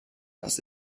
das